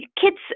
kids